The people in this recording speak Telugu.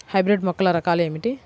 హైబ్రిడ్ మొక్కల రకాలు ఏమిటి?